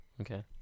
okay